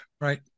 Right